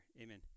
Amen